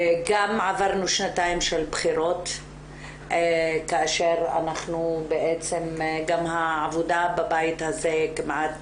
גם עברנו שנתיים של בחירות כאשר אנחנו בעצם גם העבודה בבית הזה כמעט